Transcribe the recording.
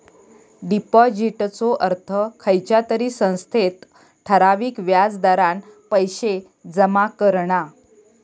डिपाॅजिटचो अर्थ खयच्या तरी संस्थेत ठराविक व्याज दरान पैशे जमा करणा